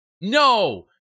no